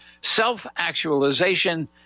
self-actualization